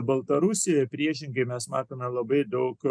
baltarusijoje priešingai mes matome labai daug